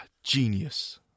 Genius